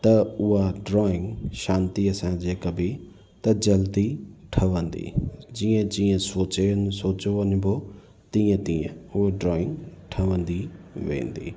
त उहा ड्रॉइंग शांतीअ सां जेका बि त जल्दी ठहंदी जीअं जीअं सोचे सोचियो वञिबो तीअं तीअं हू ड्रॉइंग ठहंदी वेंदी